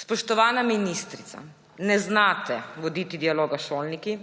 Spoštovana ministrica, ne znate voditi dialoga s šolniki,